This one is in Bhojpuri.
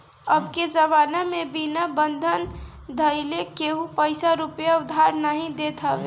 अबके जमाना में बिना बंधक धइले केहू पईसा रूपया उधार नाइ देत हवे